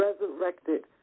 Resurrected